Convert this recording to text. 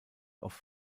off